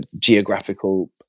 geographical